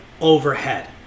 overhead